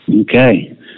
Okay